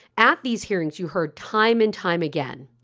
at these hearings, you heard time and time again.